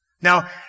Now